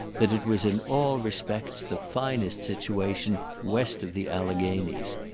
that it was in all respects the finest situation west of the alleghanies.